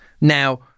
Now